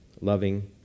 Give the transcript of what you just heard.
Loving